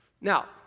Now